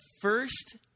first